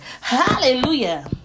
hallelujah